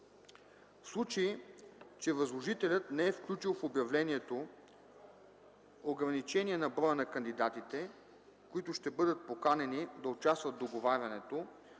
В случай че възложителят не е включил в обявлението ограничение на броя на кандидатите, които ще бъдат поканени да участват в договарянето,